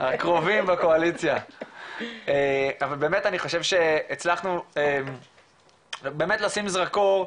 אבל באמת אני חושב שהצלחנו באמת לשים זרקור.